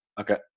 Okay